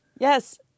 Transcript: Yes